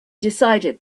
decided